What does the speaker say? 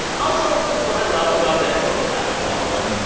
and also, what what i love about that quote from alec baldwin,